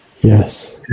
Yes